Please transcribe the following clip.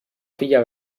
filla